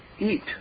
eat